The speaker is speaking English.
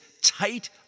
tight